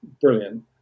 brilliant